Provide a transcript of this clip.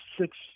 six